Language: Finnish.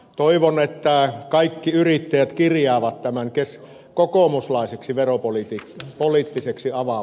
toivon että kaikki yrittäjät kirjaavat tämän kokoomuslaiseksi veropoliittiseksi avaukseksi